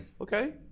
okay